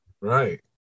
Right